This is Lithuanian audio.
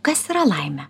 kas yra laimė